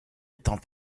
étant